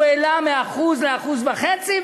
הוא העלה מ-1% ל-1.5%,